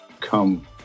come